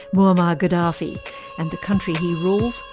muammar gaddafi and the country he rules,